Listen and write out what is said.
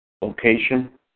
Location